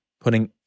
putting